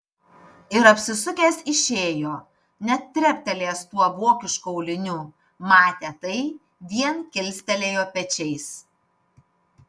ir apsisukęs išėjo net treptelėjęs tuo vokišku auliniu matę tai vien kilstelėjo pečiais